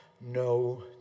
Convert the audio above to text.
no